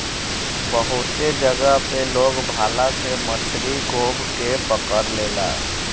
बहुते जगह पे लोग भाला से मछरी गोभ के पकड़ लेला